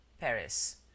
Paris